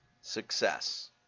success